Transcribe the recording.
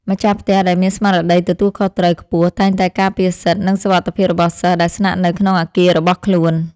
ម្ចាស់ផ្ទះដែលមានស្មារតីទទួលខុសត្រូវខ្ពស់តែងតែការពារសិទ្ធិ និងសុវត្ថិភាពរបស់សិស្សដែលស្នាក់នៅក្នុងអគាររបស់ខ្លួន។